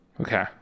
okay